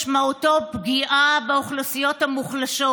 משמעותו פגיעה באוכלוסיות המוחלשות.